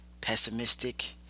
pessimistic